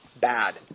bad